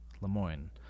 Lemoyne